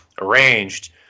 arranged